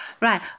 right